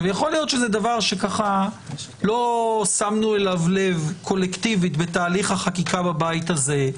יכול להיות שזה דבר שלא שמנו אליו לב קולקטיבית בתהליך החקיקה בבית הזה,